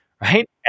right